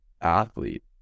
athlete